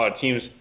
teams